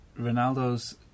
Ronaldo's